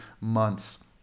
months